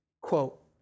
quote